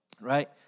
right